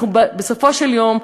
בסופו של יום,